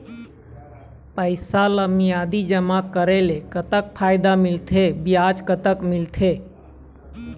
पैसा ला मियादी जमा करेले, कतक फायदा मिलथे, ब्याज कतक मिलथे?